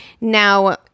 Now